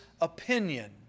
opinion